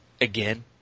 Again